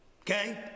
okay